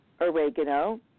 oregano